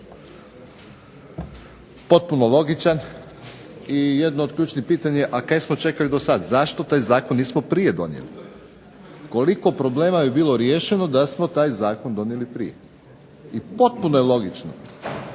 Potpuno logičan i jedno od ključnih pitanja kaj smo čekali do sada, zašto taj zakon nismo prije donijeli. Koliko problema bi bilo riješeno da samo taj zakon donijeli prije. I potpuno je logično